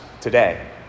today